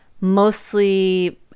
mostly